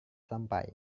sampai